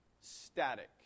static